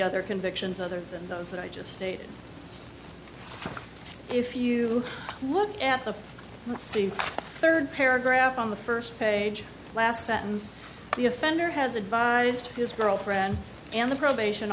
other convictions other than those that i just stated if you look at the state third paragraph on the first page last sentence the offender has advised his girlfriend and the probation